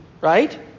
Right